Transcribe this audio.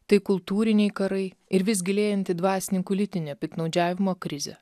tai kultūriniai karai ir vis gilėjanti dvasininkų lytinio piktnaudžiavimo krizė